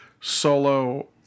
solo